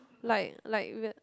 like like we are